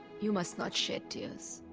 you must not shed tears.